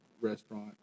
restaurant